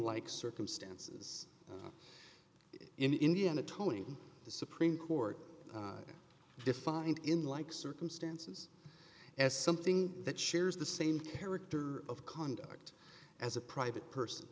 like circumstances in indiana tony the supreme court defined in like circumstances as something that shares the same character of conduct as a private person